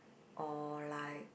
or like